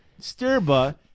Stirba